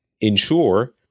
ensure